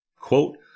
Quote